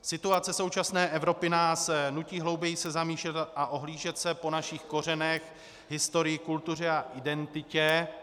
Situace současné Evropy nás nutí se hlouběji zamýšlet a ohlížet se po našich kořenech, historii, kultuře a identitě.